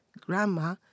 Grandma